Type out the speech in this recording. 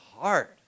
hard